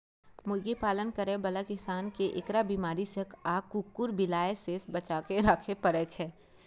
मुर्गी पालन करै बला किसान कें एकरा बीमारी सं आ कुकुर, बिलाय सं बचाके राखै पड़ै छै